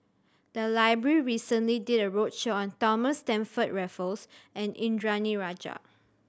the library recently did a roadshow on Thomas Stamford Raffles and Indranee Rajah